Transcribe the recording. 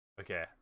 okay